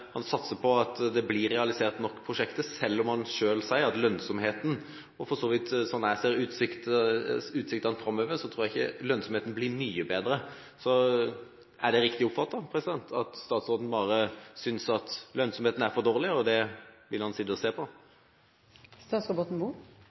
han satser på at det blir realisert nok prosjekter, selv om han selv sier at lønnsomheten – og for så vidt som jeg ser utsiktene framover, tror jeg ikke lønnsomheten blir mye bedre – er for dårlig. Er det riktig oppfattet, og vil han bare sitte og se på det? Det var Ropstads ord at lønnsomheten kommer til å forbli dårlig i lang tid framover, og